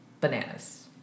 Bananas